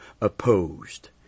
opposed